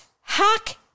hack